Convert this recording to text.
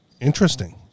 Interesting